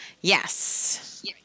Yes